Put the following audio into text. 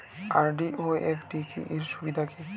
RD ও FD র সুবিধা কি?